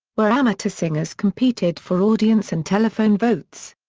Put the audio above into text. where amateur singers competed for audience and telephone votes.